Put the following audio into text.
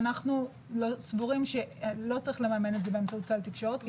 ואנחנו סבורים שלא צריך לממן את זה באמצעות סל תקשורת.